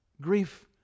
Grief